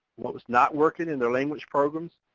what was not working in their language programs.